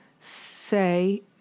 say